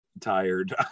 tired